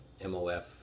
MOF